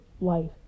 life